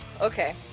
okay